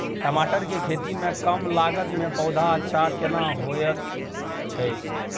टमाटर के खेती में कम लागत में पौधा अच्छा केना होयत छै?